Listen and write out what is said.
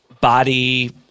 body